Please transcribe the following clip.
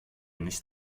nicht